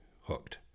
hooked